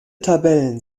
tabellen